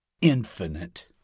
infinite